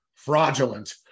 fraudulent